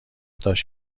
داشت